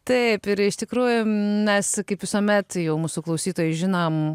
taip ir iš tikrųjų mes kaip visuomet jau mūsų klausytojai žinom